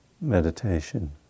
meditation